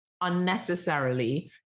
unnecessarily